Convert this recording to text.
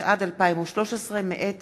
התשע"ד 2013, מאת